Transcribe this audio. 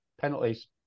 penalties